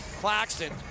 Claxton